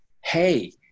hey